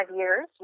years